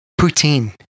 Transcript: poutine